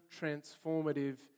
transformative